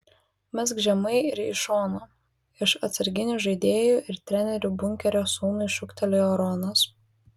mesk žemai ir į šoną iš atsarginių žaidėjų ir trenerių bunkerio sūnui šūktelėjo ronas